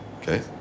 Okay